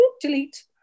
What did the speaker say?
delete